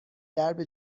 درب